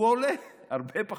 הוא עולה הרבה פחות.